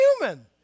human